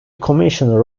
commissioner